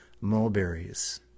mulberries